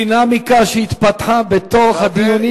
זו דינמיקה שהתפתחה בתוך הדיונים.